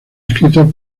escritos